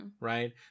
right